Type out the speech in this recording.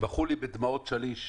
בכו בדמעות שליש,